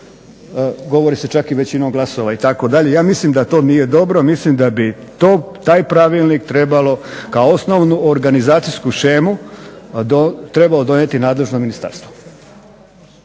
Govori se čak i većinom glasova itd. Ja mislim da to nije dobro. Mislim da bi taj pravilnik trebalo kao osnovnu organizacijsku shemu trebalo donijeti nadležno ministarstvo.